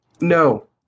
No